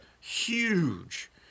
huge